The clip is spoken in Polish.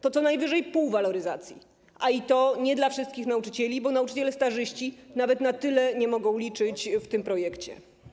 To co najwyżej pół waloryzacji, a i to nie dla wszystkich nauczycieli, bo nauczyciele stażyści nawet na tyle nie mogą liczyć w tym projekcie.